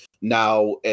now